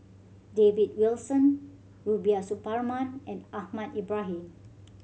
David Wilson Rubiah Suparman and Ahmad Ibrahim